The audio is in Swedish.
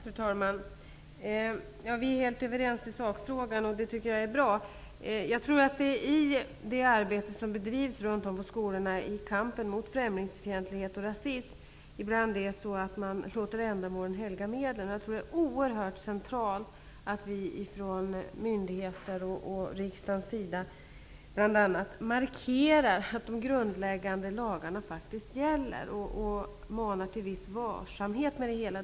Fru talman! Vi är helt överens i sakfrågan, och det är bra. I det arbete som bedrivs ute på skolorna i kampen mot främlingsfientlighet och rasism låter man ibland ändamålen helga medlen. Det är oerhört centralt att vi från myndigheters och från riksdagens sida bl.a. markerar att de grundläggande lagarna faktiskt gäller och att vi manar till viss varsamhet.